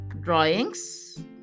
drawings